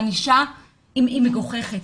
הענישה היא מגוחכת,